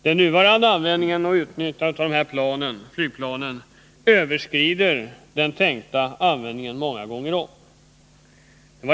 Det nuvarande utnyttjandet av dessa flygplan överskrider den tänkta användningen många gånger om.